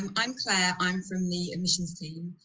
i'm claire, i'm from the admissions team.